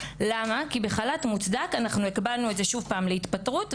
כי בחל"ת מוצדק הקבלנו את זה שוב פעם להתפטרות,